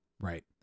Right